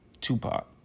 Tupac